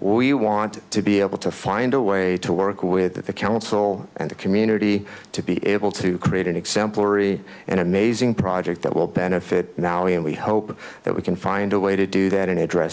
we want to be able to find a way to work with the council and the community to be able to create an exemplary and amazing project that will benefit now and we hope that we can find a way to do that and